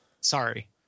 Sorry